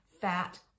fat